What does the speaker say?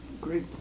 great